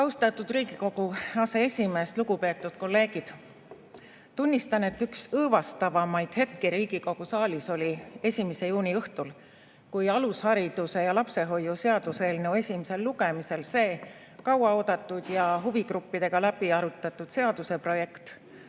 Austatud Riigikogu aseesimees! Lugupeetud kolleegid! Tunnistan, et üks õõvastavamaid hetki Riigikogu saalis oli 1. juuni õhtul, kui alushariduse ja lapsehoiu seaduse eelnõu esimesel lugemisel see kauaoodatud ja huvigruppidega läbiarutatud seaduse projekt